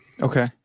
okay